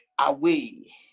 away